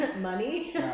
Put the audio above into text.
money